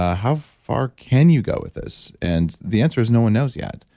ah how far can you go with this and the answer is no one knows yet.